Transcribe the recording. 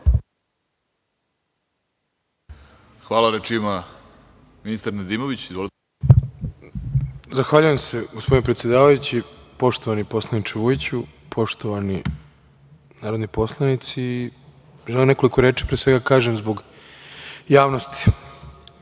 Hvala. **Branislav Nedimović** Zahvaljujem se. Gospodine predsedavajući, poštovani poslaniče Vujiću, poštovani narodni poslanici, bilo je nekoliko reči, pre svega kažem zbog javnosti.